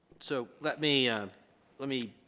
so let me um let me